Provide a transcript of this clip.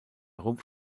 rumpf